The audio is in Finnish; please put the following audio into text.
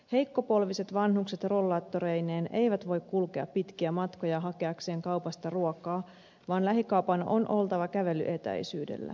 heikkopolviset vanhukset rollaattoreineen eivät voi kulkea pitkiä matkoja hakeakseen kaupasta ruokaa vaan lähikaupan on oltava kävelyetäisyydellä